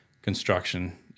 construction